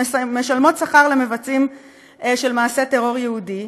שמשלמות שכר למבצעים מעשי טרור יהודי,